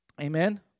Amen